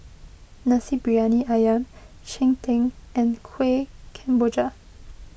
Nasi Briyani Ayam Cheng Tng and Kuih Kemboja